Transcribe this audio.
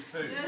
food